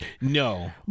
No